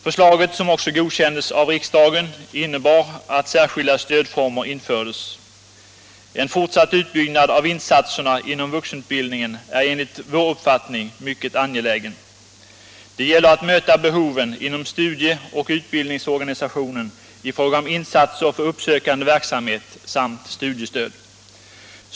Förslaget, som också godkändes av riksdagen, innebar att särskilda stödformer infördes. En fortsatt utbyggnad av insatserna inom vuxenutbildningen är enligt vår uppfattning mycket angelägen. Det gäller att möta behoven inom studie och utbildningsorganisationen i fråga om insatser för uppsökande Nr 88 | verksamhet samt studiestöd.